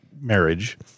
marriage